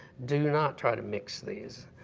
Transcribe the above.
do not try to mix these.